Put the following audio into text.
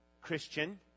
Christian